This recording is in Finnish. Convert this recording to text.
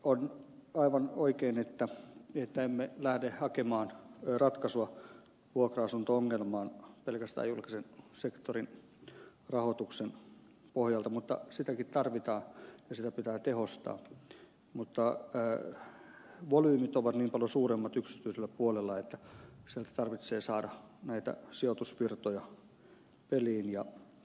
on aivan oikein että emme lähde hakemaan ratkaisua vuokra asunto ongelmaan pelkästään julkisen sektorin rahoituksen pohjalta mutta sitäkin tarvitaan ja sitä pitää tehostaa mutta volyymit ovat niin paljon suuremmat yksityisellä puolella että sieltä täytyy saada näitä sijoitusvirtoja peliin